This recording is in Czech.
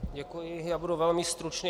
Děkuji, budu velmi stručný.